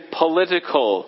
political